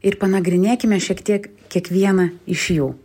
ir panagrinėkime šiek tiek kiekvieną iš jų